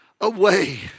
away